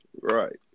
Right